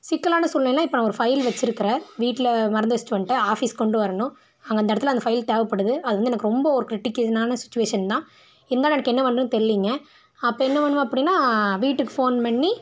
சிக்கலான சூழ்நிலையினா இப்போ நான் ஒரு ஃபைல் வச்சிருக்கறேன் வீட்டில் மறந்து வெச்சுட்டு வந்துவிட்டேன் ஆஃபீஸ் கொண்டு வரணும் அங்கே அந்த இடத்துல அந்த ஃபைல் தேவைப்படுது அது வந்து எனக்கு ரொம்ப ஒரு கிரிட்டிகனான சுச்சுவேஷன் தான் இருந்தாலும் எனக்கு என்ன பண்றதுன்னு தெரிலிங்க அப்போ என்ன பண்ணுவேன் அப்படின்னா வீட்டுக்கு ஃபோன் பண்ணி